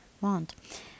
want